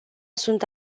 sunt